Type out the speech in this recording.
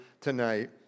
tonight